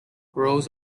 grows